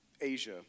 Asia